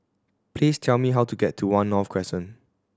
please tell me how to get to One North Crescent